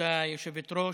כבוד היושבת-ראש,